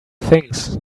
things